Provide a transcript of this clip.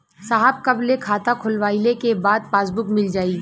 साहब कब ले खाता खोलवाइले के बाद पासबुक मिल जाई?